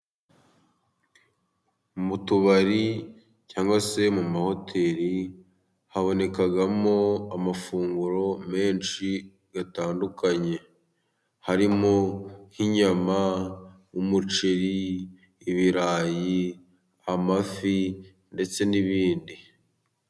Mu tubari cyangwa se mu mahoteri habonekamo amafunguro menshi atandukanye harimo nk'inyama, umuceri, ibirayi, amafi ndetse n'ibindi.